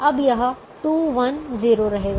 अब यह 2 1 0 रहेगा